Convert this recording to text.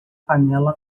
panela